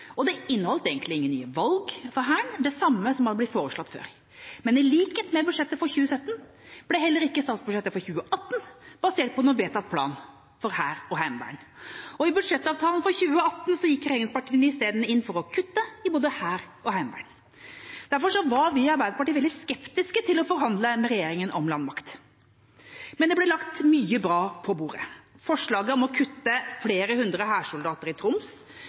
og den inneholdt egentlig ingen nye valg for Hæren, men det samme som hadde blitt foreslått før. Men i likhet med budsjettet for 2017 ble heller ikke statsbudsjettet for 2018 basert på noen vedtatt plan for hær og heimevern. I budsjettavtalen for 2018 gikk regjeringspartiene isteden inn for å kutte i både hær og heimevern. Derfor var vi i Arbeiderpartiet veldig skeptiske til å forhandle med regjeringa om landmakt. Men det ble lagt mye bra på bordet: Forslaget om å kutte flere hundre hærsoldater i Troms